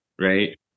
right